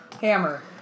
hammer